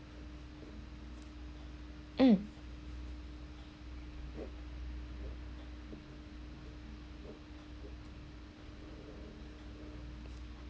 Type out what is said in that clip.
mm